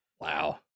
Wow